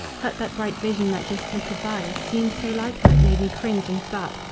hut that bright vision that just flitted by seemed so like her it made me cringe and start.